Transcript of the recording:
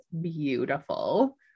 beautiful